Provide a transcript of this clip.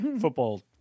football